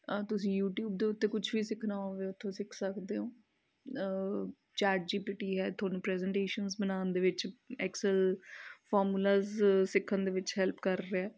ਤੁਸੀਂ ਯੂਟੀਊਬ ਦੇ ਉੱਤੇ ਕੁਛ ਵੀ ਸਿੱਖਣਾ ਹੋਵੇ ਉਥੋਂ ਸਿੱਖ ਸਕਦੇ ਹੋ ਚੈਟ ਜੀ ਪੀ ਟੀ ਹੈ ਤੁਹਾਨੂੰ ਪ੍ਰੈਜੇਟੇਸ਼ਨ ਬਣਾਉਣ ਦੇ ਵਿੱਚ ਐਕਸਲ ਫਾਰਮੂਲਾਜ ਸਿੱਖਣ ਦੇ ਵਿੱਚ ਹੈਲਪ ਕਰ ਰਿਹਾ